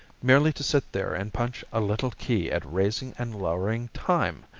merely to sit there and punch a little key at raising and lowering time!